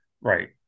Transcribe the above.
Right